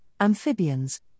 amphibians